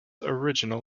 original